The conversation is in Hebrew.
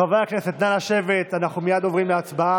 חברי הכנסת, נא לשבת, אנחנו מייד עוברים להצבעה.